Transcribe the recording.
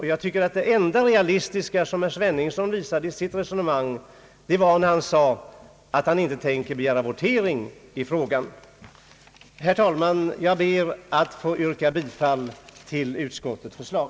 Jag tycker att det mest realistiska i herr Sveningssons resonemang var yttrandet att han inte tänker yrka bifall till motionen. Herr talman! Jag ber att få yrka bifall till utskottets förslag.